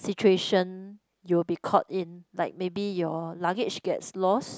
situation you will be caught in like maybe your luggage gets lost